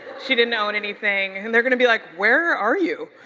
she didn't own anything and they're gonna be like, where are you?